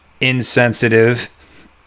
insensitive